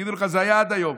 יגידו לך: זה היה עד היום,